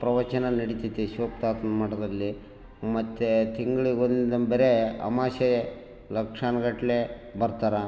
ಪ್ರವಚನ ನಡಿತೈತೆ ಶಿವಪ್ಪ ತಾತನ ಮಠದಲ್ಲಿ ಮತ್ತು ತಿಂಗಳಿಗೊಂದು ಬರೀ ಅಮಾವಾಸೆ ಲಕ್ಷಾನುಗಟ್ಲೆ ಬರ್ತಾರೆ